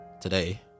today